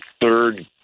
third